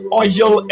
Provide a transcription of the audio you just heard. oil